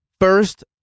first